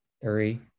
Three